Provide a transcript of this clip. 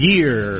Year